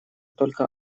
только